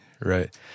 Right